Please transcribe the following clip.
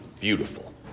beautiful